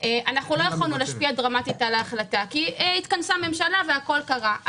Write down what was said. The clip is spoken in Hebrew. אנחנו לא יכולנו להשפיע דרמטית על ההחלטה כי התכנסה ממשלה והכול קרה.